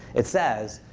it says,